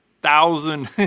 thousand